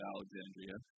Alexandria